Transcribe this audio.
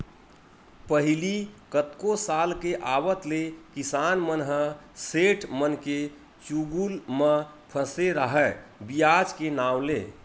पहिली कतको साल के आवत ले किसान मन ह सेठ मनके चुगुल म फसे राहय बियाज के नांव ले